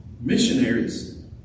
Missionaries